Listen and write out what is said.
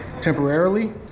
temporarily